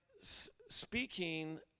speaking